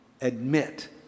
admit